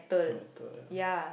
method ya